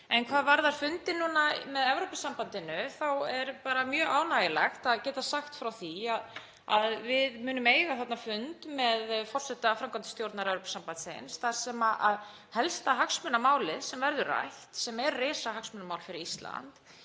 Hvað varðar fundinn með Evrópusambandinu þá er mjög ánægjulegt að geta sagt frá því að við munum eiga fund með forseta framkvæmdastjórnar Evrópusambandsins þar sem helsta hagsmunamálið sem rætt verður, sem er risahagsmunamál fyrir Ísland,